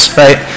right